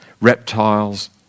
reptiles